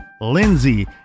Lindsay